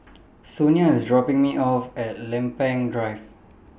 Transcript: Sonia IS dropping Me off At Lempeng Drive